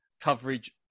coverage